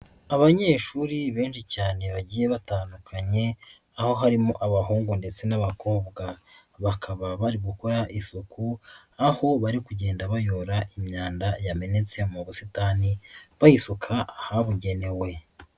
Abanyeshuri benshi cyane bagiye batandukanye, aho harimo abahungu ndetse n'abakobwa, bakaba bari gukora isuku, aho bari kugenda bayora imyanda yamenetse mu busitani bayisuka ahabugenewe.